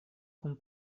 kun